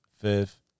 Fifth